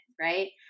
Right